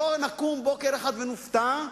שלא נקום בוקר אחד ונופתע,